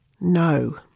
no